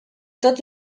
tot